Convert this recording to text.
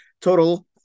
total